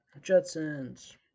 Jetsons